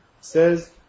says